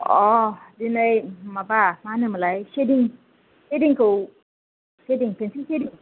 अ दिनै माबा माहोनोमोनलाय शेडिं शेडिंखौ शेडिं पेन्सिल शेडिं